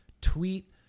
tweet